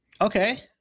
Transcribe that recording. Okay